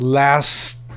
last